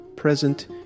present